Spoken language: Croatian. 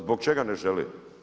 Zbog čega ne žele?